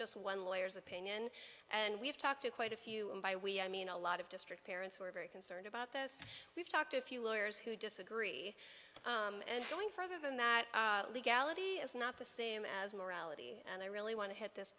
just one lawyers opinion and we've talked to quite a few and by we i mean a lot of district parents who are very concerned about this we've talked to a few lawyers who disagree and going further than that legality is not the same as morality and i really want to hit this